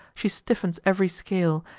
she stiffens ev'ry scale,